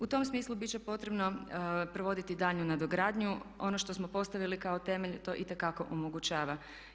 U tom smislu biti će potrebno provoditi daljnju nadogradnju, ono što smo postavili kao temelj to itekako omogućava.